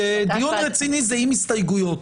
כי דיון רציני זה עם הסתייגויות,